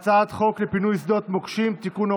הצעת חוק לפינוי שדות מוקשים (תיקון,